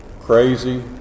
crazy